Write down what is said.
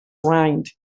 rind